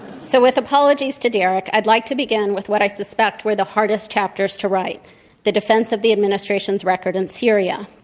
so, with apologies to derek, i'd like to begin with what i suspect were the hardest chapters to write the defense of the administration's record in syria,